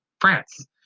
France